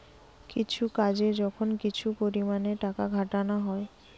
কিছু কাজে যখন কিছু পরিমাণে টাকা খাটানা হয়